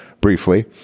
briefly